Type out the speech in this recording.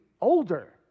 older